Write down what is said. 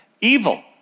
evil